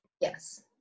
yes